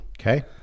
okay